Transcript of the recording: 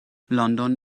london